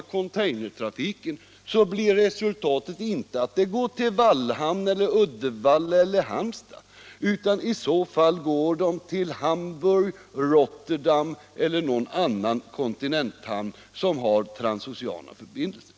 I containertrafiken, blir resultatet inte att den går till Wallhamn eller Ud — Om ett planeringsdevalla eller Halmstad, utan i så fall går den till Hamburg, Rotterdam = system för det eller någon annan kontinenthamn som har transoceana förbindelser.